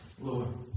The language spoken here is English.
Lord